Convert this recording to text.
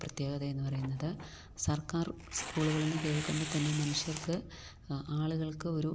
പ്രത്യേകതയെന്ന് പറയുന്നത് സർക്കാർ സ്കൂളുകളെന്ന് കേൾക്കുമ്പോള് തന്നെ മനുഷ്യർക്ക് ആളുകൾക്കൊരു